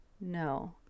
No